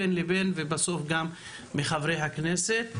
בין לבין ובסוף נשמע גם מחברי הכנסת.